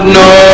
no